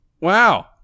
Wow